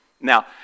Now